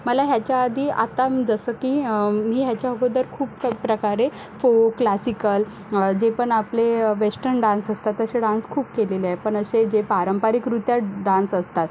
मला ह्याच्याआधी आत्ता जसं की मी ह्याच्याअगोदर खूप प्रकारे फोक क्लासिकल जे पण आपले वेष्टन डान्स असतात तसे डान्स खूप केलेले आहे पण असे जे पारंपरिकरित्या डान्स असतात